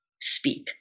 speak